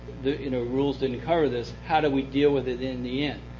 the you know rules didn't cover this. how do we deal with it in the end?